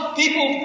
people